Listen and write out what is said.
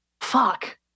fuck